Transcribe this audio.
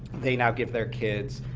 they now give their kids